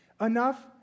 enough